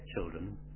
children